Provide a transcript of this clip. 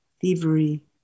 thievery